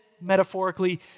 metaphorically